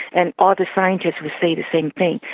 and all the scientists would say the same thing,